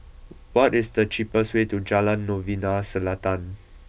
what is the cheapest way to Jalan Novena Selatan